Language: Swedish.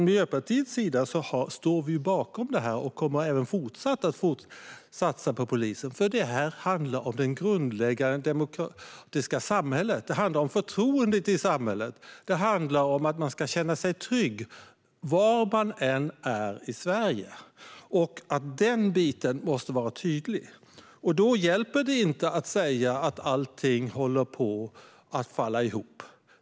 Miljöpartiet står bakom, och kommer att fortsätta att stå bakom, att satsa på polisen. Det handlar om det grundläggande demokratiska samhället och om förtroendet i samhället. Det handlar om att kunna känna sig trygg var man än är i Sverige. Det måste vara tydligt. Det hjälper inte att säga att allt håller på att falla ihop.